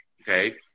Okay